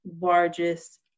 largest